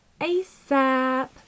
ASAP